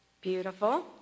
Beautiful